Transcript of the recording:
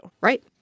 Right